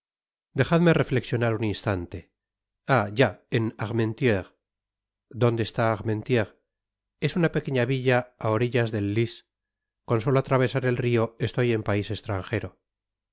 dejadme reflexionar un instante ah ya en armentieres dónde está armentieres es una pequeña villa á orillas del lys con solo atravesar el rio estoy en pais estranjero